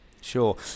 sure